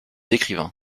écrivains